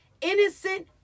innocent